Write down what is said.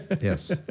Yes